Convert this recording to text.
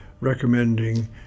recommending